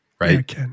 right